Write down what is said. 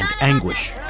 anguish